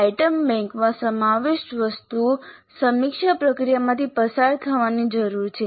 item બેંકમાં સમાવિષ્ટ વસ્તુઓ સમીક્ષા પ્રક્રિયામાંથી પસાર થવાની જરૂર છે